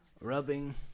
rubbing